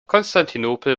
konstantinopel